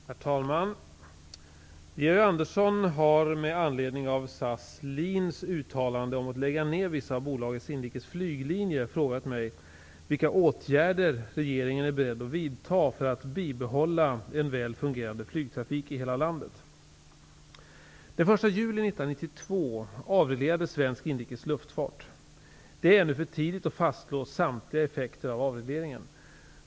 Herr talman! Georg Andersson har med anledning av SAS/LIN:s uttalande om att lägga ned vissa av bolagets inrikes flyglinjer frågat mig vilka åtgärder regeringen är beredd att vidta för att bibehålla en väl fungerande flygtrafik i hela landet. Det är ännu för tidigt att fastslå samtliga effekter av avregleringen.